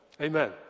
amen